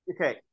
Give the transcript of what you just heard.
Okay